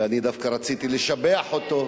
ואני דווקא רציתי לשבח אותו,